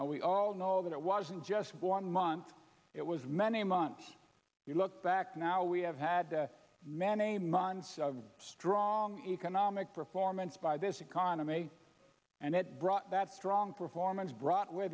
now we all know that it wasn't just one month it was many months you look back now we have had many months of strong economic performance by this economy and it brought that strong performance bro